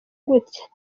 gutya